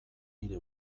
nire